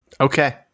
Okay